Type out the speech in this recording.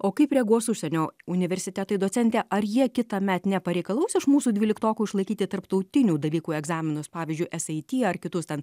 o kaip reaguos užsienio universitetai docente ar jie kitąmet nepareikalaus iš mūsų dvyliktokų išlaikyti tarptautinių dalykų egzaminus pavyzdžiui sat ar kitus ten